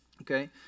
Okay